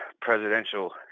presidential